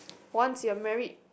once you're married